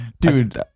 Dude